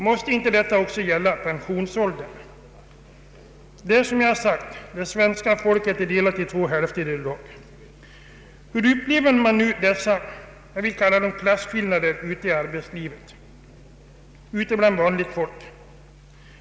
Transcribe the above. Måste inte detta också gälla pensionsåldern? Det svenska folket är, som jag tidigare sagt, delat i två hälfter därvidlag. Hur upplever man dessa klasskillnader ute i arbetslivet, ute bland vanligt folk?